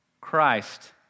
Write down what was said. Christ